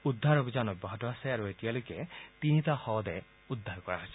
উদ্ধাৰ অভিযান অব্যাহত আছে আৰু এতিয়ালৈকে তিনিটা শৱদেহ উদ্ধাৰ কৰা হৈছে